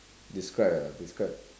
describe ah describe